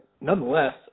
Nonetheless